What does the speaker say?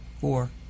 four